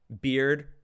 beard